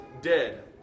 dead